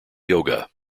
yoga